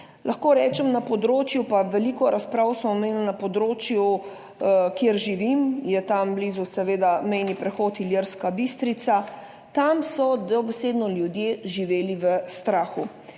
Lahko rečem, na področju, pa veliko razprav smo imeli na področju, kjer živim, je tam blizu seveda mejni prehod Ilirska Bistrica, tam so dobesedno ljudje živeli v strahu.